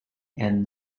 and